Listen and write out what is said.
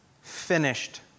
finished